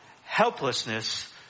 helplessness